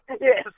Yes